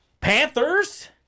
Panthers